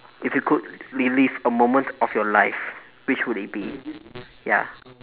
if you could relive a moment of your life which would it be ya